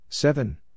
Seven